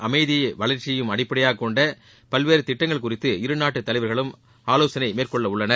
அமைதியையும் வளர்ச்சியையும் அடிப்படையாகக் கொண்ட பல்வேறு திட்டங்கள் குறித்து இருநாட்டுத் தலைவர்களும் ஆலோசனை மேற்கொள்ளவுள்ளனர்